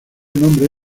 nombre